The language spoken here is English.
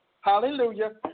hallelujah